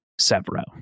Severo